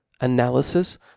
analysis